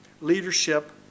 leadership